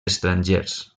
estrangers